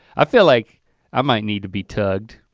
i feel like i might need to be tugged.